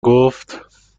گفت